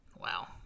Wow